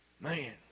Man